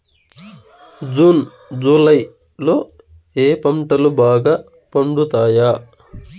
June July లో ఏ పంటలు బాగా పండుతాయా?